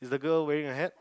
is the girl wearing a hat